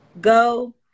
go